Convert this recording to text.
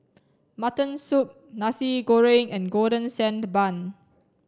mutton soup nasi goreng and golden sand bun